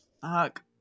fuck